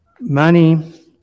Money